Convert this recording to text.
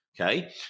Okay